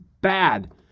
bad